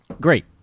Great